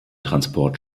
transport